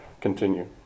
continue